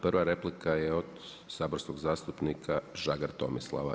Prva replika je od saborskog zastupnika Žagar Tomislava.